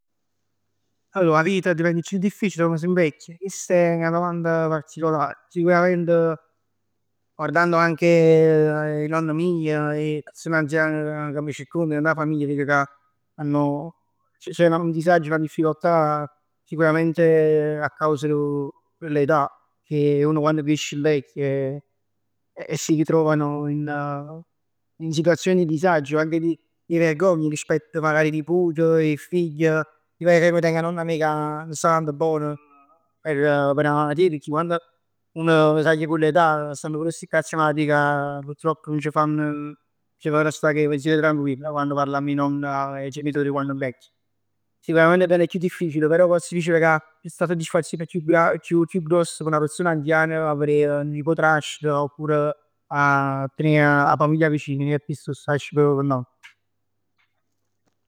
Allor 'a vita diventa chiù difficile quann si invecchia? Chest è 'na domanda particolare. Sicurament guardando anche 'e nonn meje, 'e persone anziane ca m' circondano dint 'a famiglia, veg cà hanno, c'è un disagio, una difficoltà sicuramente a causa d' 'o, d' l'età. Pecchè uno quann cresce invecchia e e si ritrovano in in situazioni 'e disagio, anche di di vergogna rispetto magari 'e neput, 'e figl. Ij per esempio teng 'a nonna mij ca nun sta tanto bon per, p' 'na malatia, pecchè uno quann saje cu l'età ten pur sti cazz 'e malatie ca purtroppo nun ci fann, fann sta cu 'e pensieri tranquill, quann parlamm 'e nonn e genitori quann invecchiano. Sicuramente è chiù difficile, però t' pozz dicere ca nun c' sta soddisfazione chiù chiù gross p' 'na persona anziana a verè nu nipote nascere oppure a tenè 'a famiglia vicin. Ij chest 'o sacc proprio p' nonno.